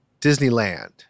Disneyland